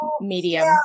medium